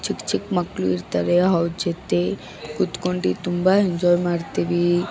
ಚಿಕ್ಕ ಚಿಕ್ಮಕ್ಳು ಇರ್ತಾರೆ ಅವ್ರ ಜೊತೆ ಕೂತ್ಕೊಂಡು ತುಂಬ ಎಂಜಾಯ್ ಮಾಡ್ತೀವಿ